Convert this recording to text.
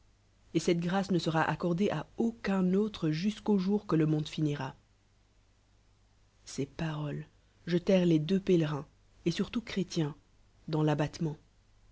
et cette grâce ne sera accordée à aucun autre jusqu'au jour que le monde finira ces paroles jetèrent les deux pélerios et surtout chrétien dans l'abattement